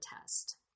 test